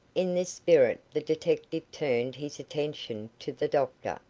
in this spirit the detective turned his attention to the doctor,